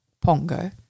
Pongo